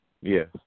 Yes